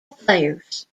affairs